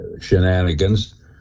shenanigans